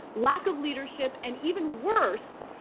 lack of leadership and even worse,